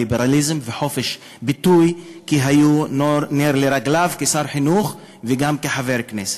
ליברליזם וחופש ביטוי והיו נר לרגליו כשר חינוך וגם כחבר כנסת.